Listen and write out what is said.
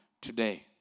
today